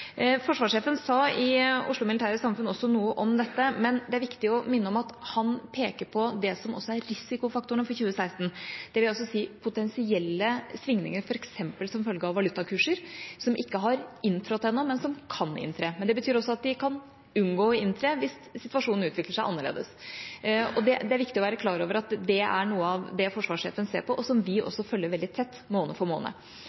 Forsvarssjefen sa i Oslo Militære Samfund også noe om dette, men det er viktig å minne om at han peker på det som også er risikofaktorene for 2016, det vil altså si potensielle svingninger f.eks. som følge av valutakurser, som ikke har inntrådt ennå, men som kan inntre. Det betyr også at de kan unngå å inntre hvis situasjonen utvikler seg annerledes. Det er viktig å være klar over at det er noe av det forsvarssjefen ser på, og som vi også følger veldig tett måned